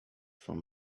from